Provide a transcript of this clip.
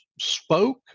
spoke